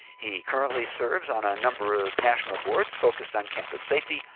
he currently serves on a number of national boards focused on campus safety,